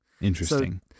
Interesting